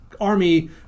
army